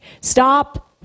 Stop